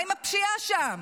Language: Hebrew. מה עם הפשיעה שם?